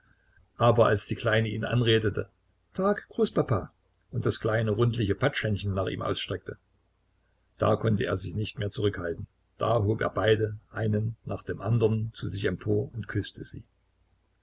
aber als die kleine ihn anredete tag großpapa und das kleine rundliche patschhändchen nach ihm ausstreckte da konnte er sich nicht mehr zurückhalten da hob er beide einen nach dem andern zu sich empor und küßte sie